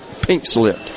pink-slipped